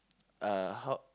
uh how